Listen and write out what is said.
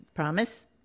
promise